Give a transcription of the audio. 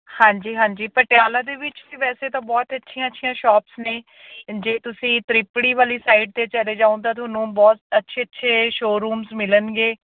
ਹਾਂਜੀ ਹਾਂਜੀ ਪਟਿਆਲਾ ਦੇ ਵਿੱਚ ਵੀ ਵੈਸੇ ਤਾਂ ਬਹੁਤ ਅੱਛੀਆਂ ਅੱਛੀਆਂ ਸ਼ੋਪਸ ਨੇ ਜੇ ਤੁਸੀਂ ਤ੍ਰਿਪੜੀ ਵਾਲੀ ਸਾਈਡ 'ਤੇ ਚਲੇ ਜਾਓ ਤਾਂ ਤੁਹਾਨੂੰ ਬਹੁਤ ਅੱਛੇ ਅੱਛੇ ਸ਼ੋਅਰੂਮਜ਼ ਮਿਲਣਗੇ